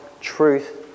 truth